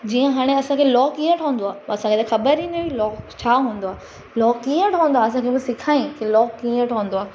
जीअं हाणे असांखे लॉ कीअं ठहंदो आहे असांखे ख़बर ई न हुई लॉ छा हूंदो आहे लॉ कीअं ठहंदो आहे असांखे उहो सिखाई लॉ कीअं ठहंदो आहे